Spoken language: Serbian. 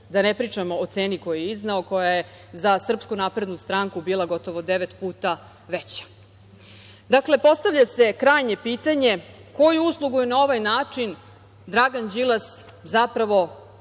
Da ne pričam o ceni koju je izneo, koja je za SNS bila gotovo devet puta veća. Postavlja se krajnje pitanje – koju uslugu je na ovaj način Dragan Đilas zapravo učinio